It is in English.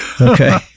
Okay